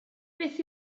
beth